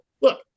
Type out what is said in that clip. look